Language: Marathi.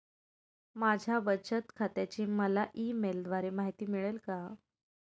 माझ्या बचत खात्याची मला ई मेलद्वारे माहिती मिळेल का?